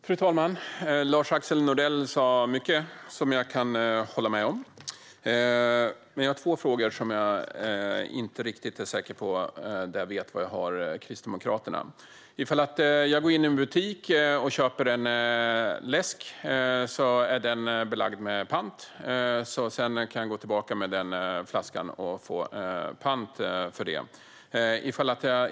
Fru talman! Lars-Axel Nordell sa mycket som jag kan hålla med om. Men jag har två frågor där jag inte är riktigt säker på var jag har Kristdemokraterna. Jag kan gå in i en butik och köpa en läsk. Då är den belagd med pant. Sedan kan jag gå tillbaka med flaskan och få pant för den.